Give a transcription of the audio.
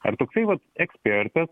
ar toksai vat ekspertas